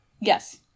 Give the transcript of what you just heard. Yes